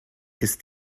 ist